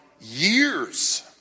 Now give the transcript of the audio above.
years